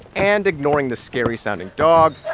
and, ignoring the scary-sounding dog,